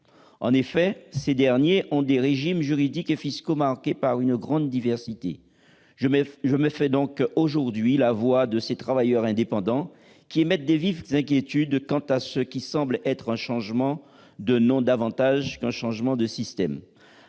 En effet, les régimes juridiques et fiscaux de ces derniers sont marqués par une grande diversité. Je me fais donc aujourd'hui la voix de ces travailleurs indépendants, qui émettent de vives inquiétudes quant à ce qui semble être un changement de nom, davantage qu'un changement de système.